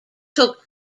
took